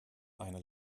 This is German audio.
eine